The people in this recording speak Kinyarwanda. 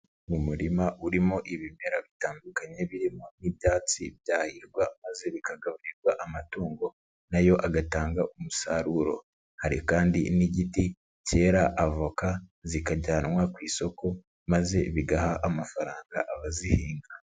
Mu murima urimo ibimera bitandukanye birimo nk'ibyatsi byahirwa maze bikagaburirwa amatungo na yo agatanga umusaruro. Hari kandi n'igiti cyera avoka zikajyanwa ku isoko maze bigaha amafaranga abazihinga.